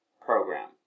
program